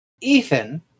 Ethan